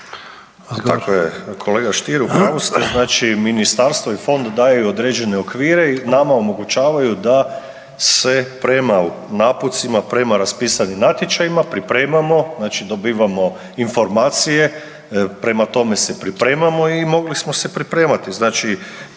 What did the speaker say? Tako je, kolega Stier u pravu ste, znači ministarstvo i fond daju određene okvire i nama omogućavaju da se prema napucima, prema raspisanim natječajima pripremamo, znači dobivamo informacije prema tome se pripremamo i mogli smo se pripremati.